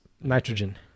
nitrogen